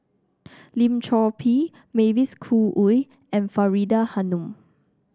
Lim Chor Pee Mavis Khoo Oei and Faridah Hanum